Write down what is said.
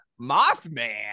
Mothman